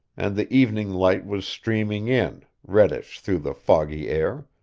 and the evening light was streaming in, reddish through the foggy air